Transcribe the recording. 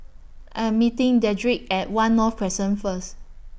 I Am meeting Dedrick At one North Crescent First